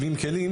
70 כלים,